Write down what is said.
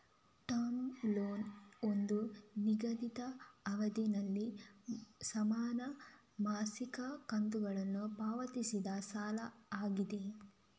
term loan ಒಂದು ನಿಗದಿತ ಅವಧಿನಲ್ಲಿ ಸಮಾನ ಮಾಸಿಕ ಕಂತುಗಳಲ್ಲಿ ಪಾವತಿಸಿದ ಸಾಲ ಆಗಿದೆ